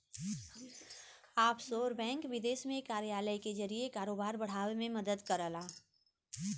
offshore bank विदेश में कार्यालय के जरिए कारोबार बढ़ावे में मदद करला